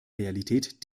realität